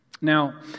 Now